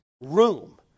room